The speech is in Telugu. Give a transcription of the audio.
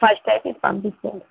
ఫస్ట్ అయితే ఇది పంపించండి